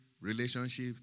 relationship